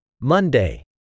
Monday